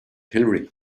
hillary